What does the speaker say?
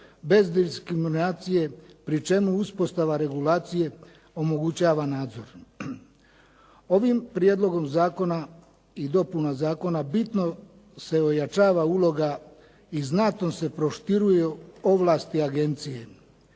bez diskriminacije, pri čemu uspostava regulacije omogućava nadzor. Ovim prijedlogom zakona i dopuna zakona bitno se ojačava uloga i znatno se proširuju ovlasti agencije.